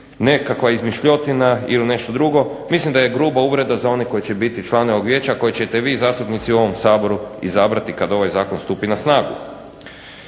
nekakva izmišljotina ili nešto drugo, mislim da je gruba uvreda za one koji će biti članovi ovog vijeća, koje ćete vi zastupnici u ovom Saboru izabrati kad ovaj zakon stupi na snagu.